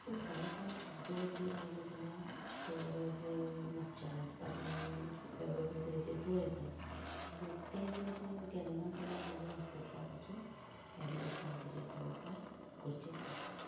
पूण थोडे फावट जोर बी आयलो जाल्यार ते वेगवेगळ्यां मच्छरां पासून वेगवेगळे तरेचे जोर येतात आनी तो जर गेलो ना जाल्यार मागीर हॉस्पिटलांत वचून एडमीट जावन ताचेर ते उपाय करचेच पडटा